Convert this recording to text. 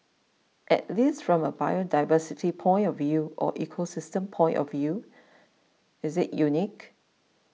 at least from a biodiversity point of view or ecosystem point of view is it unique